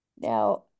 now